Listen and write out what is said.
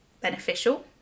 beneficial